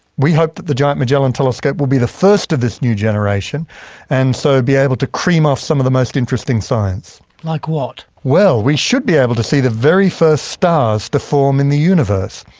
we hope that the giant magellan telescope will be the first of this new generation and so be able to cream off some of the most interesting science. like what? we should be able to see the very first stars to form in the universe.